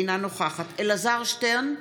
אינה נוכחת אלעזר שטרן,